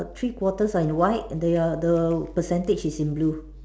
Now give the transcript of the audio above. three quarters are in white they are the percentage is in blue